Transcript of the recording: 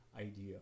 idea